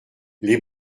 les